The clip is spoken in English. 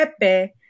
pepe